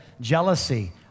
Jealousy